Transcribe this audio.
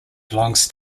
belongs